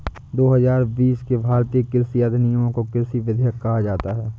दो हजार बीस के भारतीय कृषि अधिनियमों को कृषि विधेयक कहा जाता है